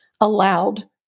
allowed